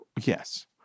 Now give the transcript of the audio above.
Yes